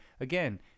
again